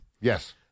Yes